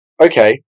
Okay